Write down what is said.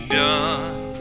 done